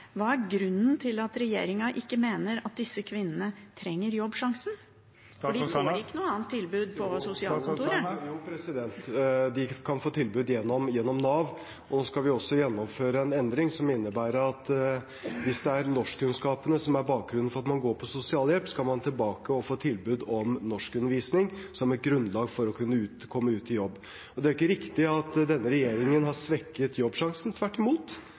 Hva er grunnen til at regjeringen mener at disse kvinnene ikke trenger Jobbsjansen? For de får ikke noe annet tilbud på sosialkontoret. Jo, de kan få tilbud gjennom Nav. Så skal vi også gjennomføre en endring som innebærer at hvis det er manglende norskkunnskaper som er bakgrunnen for at man går på sosialhjelp, skal man tilbake og få tilbud om norskundervisning, som et grunnlag for å komme ut i jobb. Det er ikke riktig at denne regjeringen har svekket Jobbsjansen. Tvert imot,